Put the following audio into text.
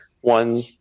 One